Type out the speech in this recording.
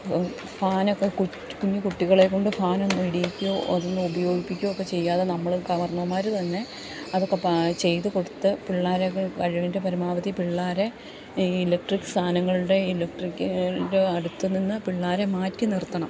ഫാനൊക്കെ കൊച്ച് കുഞ്ഞ് കുട്ടികളെക്കൊണ്ട് ഫാനൊന്നും ഇടീക്കുകയോ ഒന്നും ഉപയോഗിപ്പിക്കുകയോ ഒക്കെ ചെയ്യാതെ നമ്മൾ കാർന്നവന്മാർ തന്നെ അതൊക്കെ ചെയ്ത് കൊടുത്ത് പിള്ളേരെയൊക്കെ കഴിവിൻ്റെ പരമാവധി പിള്ളേരെ ഈ ഇലക്ട്രിക് സാധനങ്ങളുടെ ഇലക്ട്രിക്ക് ടെ അടുത്ത് നിന്ന് പിള്ളേരെ മാറ്റി നിർത്തണം